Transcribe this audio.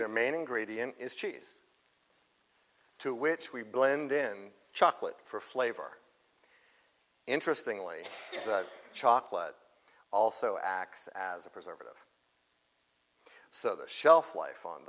their main ingredient is cheese to which we blend in chocolate for flavor interesting only chocolate also acts as a preservative so the shelf life on